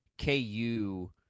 KU